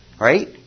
Right